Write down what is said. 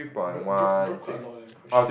drop drop drop quite a lot leh quite shit